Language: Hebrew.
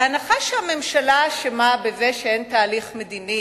ההנחה שהממשלה אשמה בזה שאין תהליך מדיני